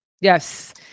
Yes